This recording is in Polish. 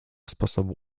sposobu